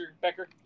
Becker